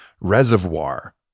reservoir